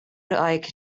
like